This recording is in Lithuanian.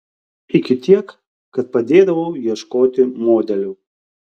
iki tiek kad padėdavau ieškoti modelių